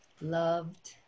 loved